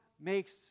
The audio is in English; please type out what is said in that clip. makes